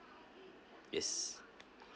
yes